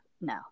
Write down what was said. no